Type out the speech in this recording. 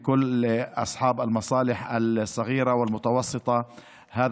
(אומר דברים בשפה הערבית: מזל טוב לכל בעלי העסקים הקטנים והבינוניים.